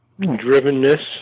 drivenness